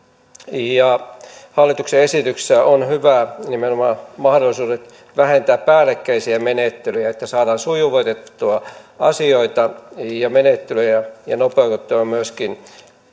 hallituksen esityksessä on hyvää nimenomaan mahdollisuudet vähentää päällekkäisiä menettelyjä että saadaan sujuvoitettua asioita ja menettelyjä ja nopeutettua myöskin